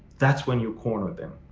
that's when you corner them.